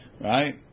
right